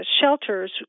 shelters